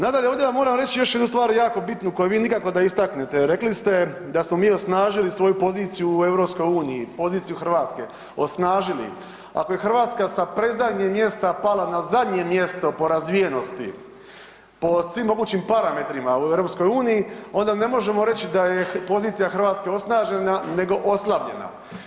Nadalje ovdje vam moram reći još jednu stvar jako bitnu koju vi nikako da istaknete, rekli ste da smo mi osnažili svoju poziciju u EU, poziciju Hrvatske, osnažili, ako je Hrvatska sa predzadnjeg mjesta pala na zadnje mjesto po razvijenosti, po svim mogućim parametrima u EU, onda ne možemo reći da je pozicija Hrvatske osnažena nego oslabljena.